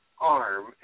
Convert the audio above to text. arm